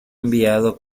enviado